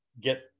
get